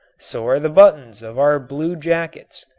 so are the buttons of our blue-jackets.